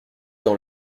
dans